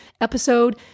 episode